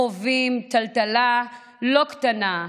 חווים טלטלה לא קטנה,